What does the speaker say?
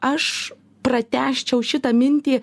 aš pratęsčiau šitą mintį